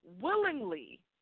willingly